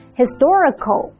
historical